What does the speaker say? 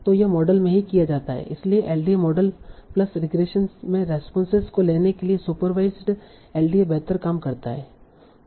तो यह मॉडल में ही किया जा सकता है इसलिए एलडीए मॉडल प्लस रिग्रेशन में रेस्पोंसेस को लेने के लिए सुपरवाईसड एलडीए बेहतर काम करता है